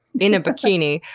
in a bikini?